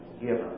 given